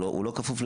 הוא לא כפוף,